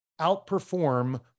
outperform